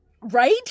right